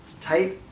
tight